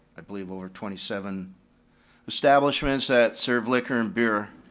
i believe over twenty seven establishments that serve liquor and beer.